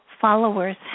followers